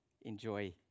enjoy